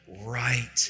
right